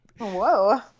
whoa